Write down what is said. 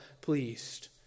pleased